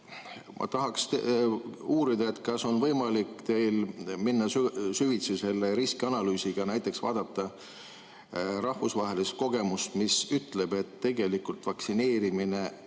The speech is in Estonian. Ma tahaksin uurida, kas teil on võimalik minna süvitsi selle riskianalüüsiga, näiteks vaadata rahvusvahelist kogemust, mis ütleb, et tegelikult vaktsineerimine